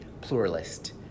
pluralist